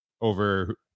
over